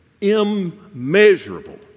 Immeasurable